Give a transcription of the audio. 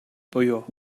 буюу